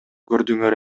көрдүңөр